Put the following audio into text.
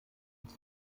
uns